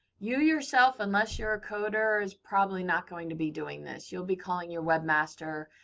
you yourself, unless you're a coder is probably not going to be doing this. you'll be calling your webmaster,